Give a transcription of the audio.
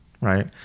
right